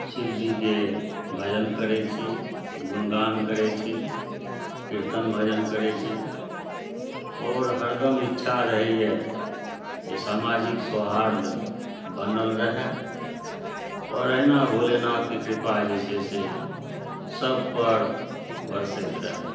शिव जीके भजन करैत छी गुणगान करैत छी कीर्तन भजन करैत छी आओर हरदम इच्छा रहैए जे सामाजिक सौहार्द बनल रहै आओर अहिना भोलेनाथक कृपा जे छै से सबपर बरसैत रहै